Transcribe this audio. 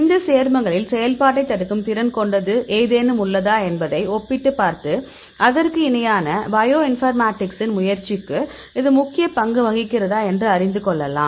இந்த சேர்மங்களில் செயல்பாட்டைத் தடுக்கும் திறன் கொண்டது ஏதேனும் உள்ளதா என்பதை ஒப்பிட்டுப் பார்த்து அதற்கு இணையான பயோ இன்ஃபர்மேட்டிக்ஸின் முயற்சிக்கு இது முக்கிய பங்கு வகிக்கிறதா என்று அறிந்து கொள்ளலாம்